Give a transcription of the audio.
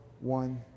one